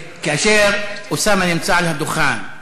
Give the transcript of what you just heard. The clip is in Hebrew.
כאשר אוסאמה נמצא על הדוכן,